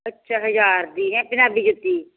ਅੱਛਾ ਹਜ਼ਾਰ ਦੀ ਪੰਜਾਬੀ ਜੁੱਤੀ